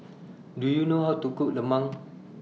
Do YOU know How to Cook Lemang